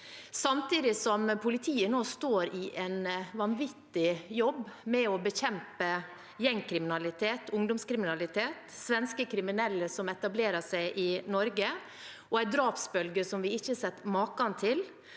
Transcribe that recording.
Samtidig som politiet nå står i en vanvittig jobb med å bekjempe gjengkriminalitet, ungdomskriminalitet, svenske kriminelle som etablerer seg i Norge, og en drapsbølge som vi ikke har sett maken til,